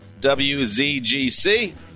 wzgc